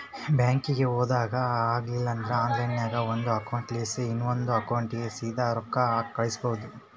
ಬ್ಯಾಂಕಿಗೆ ಹೊಗಾಕ ಆಗಲಿಲ್ದ್ರ ಆನ್ಲೈನ್ನಾಗ ಒಂದು ಅಕೌಂಟ್ಲಾಸಿ ಇನವಂದ್ ಅಕೌಂಟಿಗೆ ಸೀದಾ ರೊಕ್ಕ ಕಳಿಸ್ಬೋದು